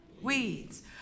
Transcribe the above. Weeds